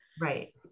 right